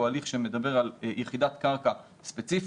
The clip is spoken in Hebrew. הוא הליך שמדבר על יחידת קרקע ספציפית,